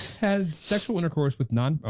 had sexual intercourse with non, ah